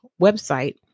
website